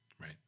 Right